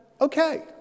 okay